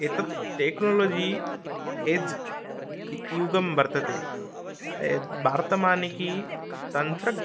एतत् technology age युगं वर्तते यत् वार्तमानिकी तन्त्र